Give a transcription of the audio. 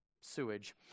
sewage